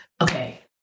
Okay